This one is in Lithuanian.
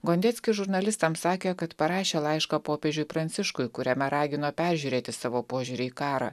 gondeckis žurnalistams sakė kad parašė laišką popiežiui pranciškui kuriame ragino peržiūrėti savo požiūrį į karą